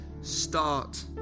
Start